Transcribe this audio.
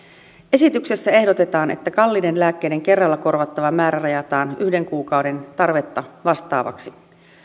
esityksessä ehdotetaan että kalliiden lääkkeiden kerralla korvattava määrä rajataan yhden kuukauden tarvetta vastaavaksi